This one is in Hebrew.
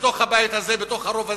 בתוך הבית הזה, בתוך הרוב הזה.